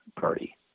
party